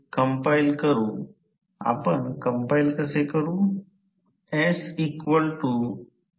तर हे E2 V2 0 आहे आणि हे Re2 XE2 आहे ज्याला दुय्यम प्रतिकार आणि प्रतिक्रियाही म्हणतात